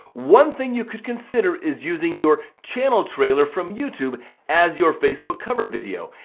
one thing you could consider is using your channel trailer from youtube as your facebook cover video.